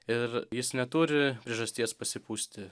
ir jis neturi priežasties pasipūsti